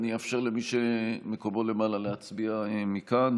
אני אאפשר למי שמקומו למעלה להצביע מכאן.